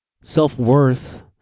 self-worth